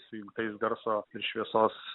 su įjungtais garso ir šviesos